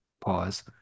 pause